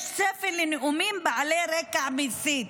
יש צפי לנאומים בעלי רקע מסית.